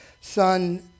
son